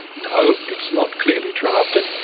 no, it's not clearly drafted,